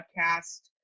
Podcast